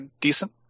decent